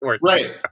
Right